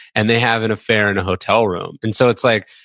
and they have an affair in a hotel room. and so, it's like,